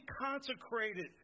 consecrated